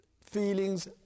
feelings